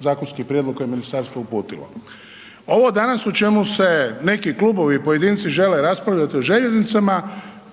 zakonski prijedlog koje je ministarstvo uputilo. Ovo danas o čemu se neki klubovi i pojedinci žele raspravljati o željeznicama,